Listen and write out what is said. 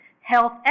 health